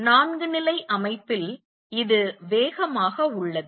நான்கு நிலை அமைப்பில் இது வேகமாக உள்ளது